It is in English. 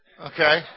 okay